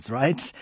right